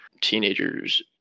teenagers